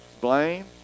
Blame